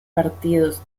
partidos